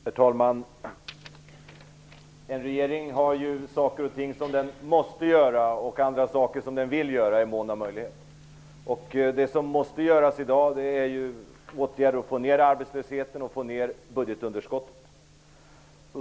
Herr talman! En regering har saker och ting som den måste göra och andra saker som den vill göra i mån av möjlighet. Det som måste göras i dag är att vidta åtgärder för att få ned arbetslösheten och för att få ned budgetunderskottet.